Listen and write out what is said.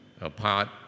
apart